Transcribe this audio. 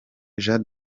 jean